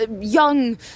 young